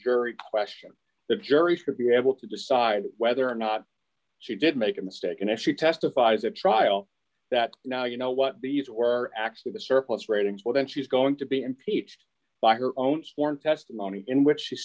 jury question the jury should be able to decide whether or not she did make a mistake and actually testified at trial that now you know what the u s or d d actually the surplus ratings were then she's going to be impeached by her own sworn testimony in which she